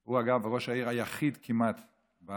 הוא, אגב, ראש העירייה היחיד כמעט בארץ,